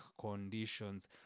conditions